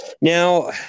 Now